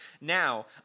Now